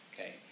okay